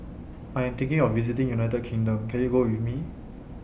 I Am thinking of visiting United Kingdom Can YOU Go with Me